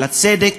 של הצדק,